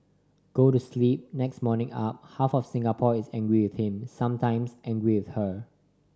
go to sleep next morning up half of Singapore is angry with him sometimes angry with her